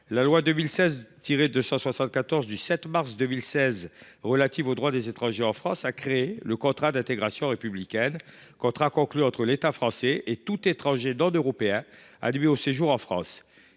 La loi n° 2016 274 du 7 mars 2016 relative au droit des étrangers en France a créé le contrat d’intégration républicaine, qui est conclu entre l’État et tout étranger non européen admis au séjour en France.